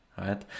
right